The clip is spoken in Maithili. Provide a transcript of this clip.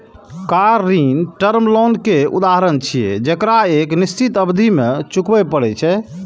कार ऋण टर्म लोन के उदाहरण छियै, जेकरा एक निश्चित अवधि मे चुकबै पड़ै छै